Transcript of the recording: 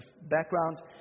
background